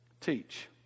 Teach